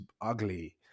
ugly